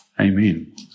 Amen